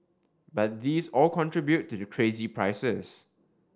but these all contribute to the crazy prices